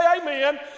amen